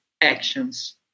actions